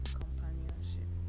companionship